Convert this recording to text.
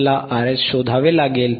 मला RH शोधावे लागेल